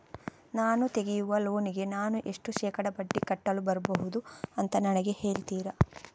ನಾನು ತೆಗಿಯುವ ಲೋನಿಗೆ ನಾನು ಎಷ್ಟು ಶೇಕಡಾ ಬಡ್ಡಿ ಕಟ್ಟಲು ಬರ್ಬಹುದು ಅಂತ ನನಗೆ ಹೇಳ್ತೀರಾ?